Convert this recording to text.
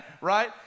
right